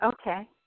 Okay